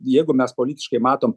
jeigu mes politiškai matom